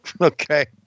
Okay